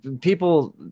people